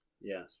yes